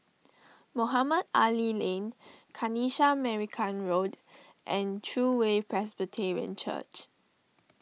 Mohamed Ali Lane Kanisha Marican Road and True Way Presbyterian Church